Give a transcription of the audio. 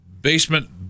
basement